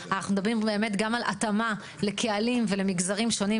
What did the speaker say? אנחנו מדברים גם על התאמה לקהלים ולמגזרים שונים,